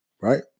right